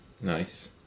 Nice